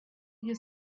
you